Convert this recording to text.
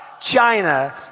China